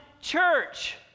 church